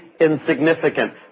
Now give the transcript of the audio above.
insignificant